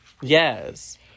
Yes